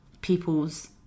people's